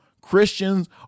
Christians